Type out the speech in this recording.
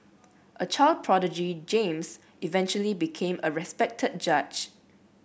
a child prodigy James eventually became a respected judge